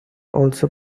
also